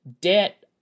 debt